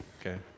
Okay